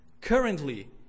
currently